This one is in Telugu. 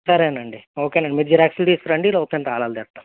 సరే అండి ఓకే అండి మీరు జిరాక్స్లు తీసుకురండి ఈలోపు నేను తాళాలు తెస్తాను